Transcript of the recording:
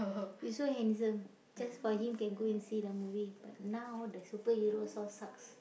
he so handsome just for him can go and see the movie but now the superheroes all sucks